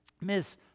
Miss